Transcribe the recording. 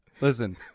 Listen